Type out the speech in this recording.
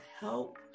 help